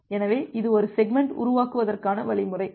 எனவே இது ஒரு செக்மெண்ட் உருவாக்குவதற்கான வழிமுறை